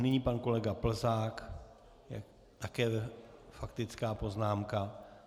Nyní pan kolega Plzák, také faktická poznámka.